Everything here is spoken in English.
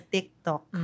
TikTok